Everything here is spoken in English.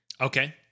Okay